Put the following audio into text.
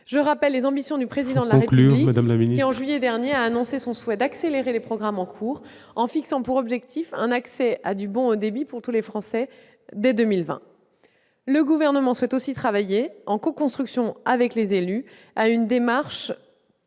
Je rappelle les ambitions du Président de la République, qui, en juillet dernier, a annoncé son souhait d'accélérer les programmes en cours, en fixant pour objectif l'accès à du bon haut débit pour tous les Français dès 2020. Le Gouvernement souhaite aussi travailler, en coconstruction avec les élus, à trouver de